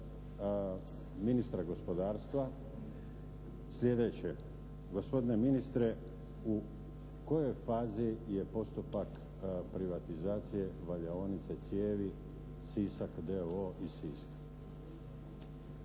ministra gospodarstva sljedeće. Gospodine ministre u kojoj fazi je postupak privatizacije valjaonice cijevi Sisak d.o.o.